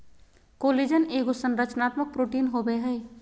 collagen एगो संरचनात्मक protein होबैय हइ